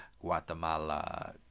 Guatemala